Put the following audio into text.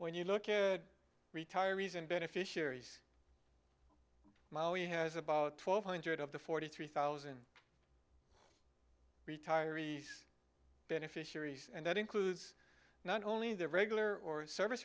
when you look at retirees and beneficiaries has about twelve hundred of the forty three thousand retirees beneficiaries and that includes not only the regular or service